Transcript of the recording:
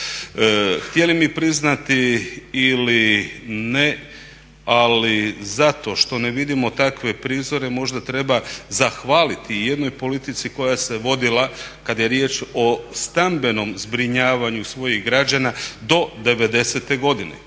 Htjeli mi priznati ili ne ali zato što ne vidimo takve prizore možda treba zahvaliti jednoj politici koja se vodila kada je riječ o stambenom zbrinjavanju svojih građana do '90.-te godine,